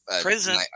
prison